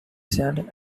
said